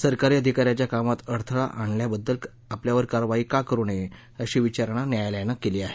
सरकारी अधिका याच्या कामात अडथळा आणल्याबद्दल आपल्यावर कारवाई का करु नये अशी विचारणा न्यायालयानं केली आहे